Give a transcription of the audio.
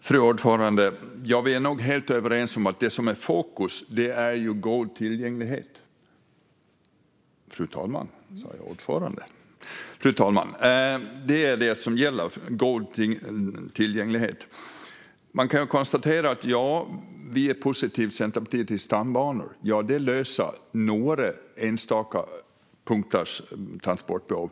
Fru talman! Ja, vi är nog helt överens om att det som är i fokus är god tillgänglighet. Det är det som gäller - god tillgänglighet. Man kan konstatera att vi i Centerpartiet är positiva till stambanor. Ja, det löser några enstaka punkters transportbehov.